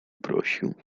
prosił